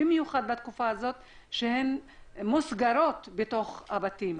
במיוחד בתקופה הזו שהן סגורות בתוך הבתים.